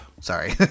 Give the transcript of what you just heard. Sorry